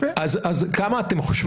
אז כמה אתם חושבים?